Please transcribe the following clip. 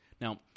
Now